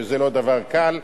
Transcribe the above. שזה לא דבר קל,